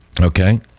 Okay